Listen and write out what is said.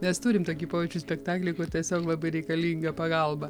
mes turim tokį pojūčių spektaklį kur tiesiog labai reikalinga pagalba